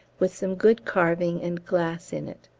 with some good carving and glass in it.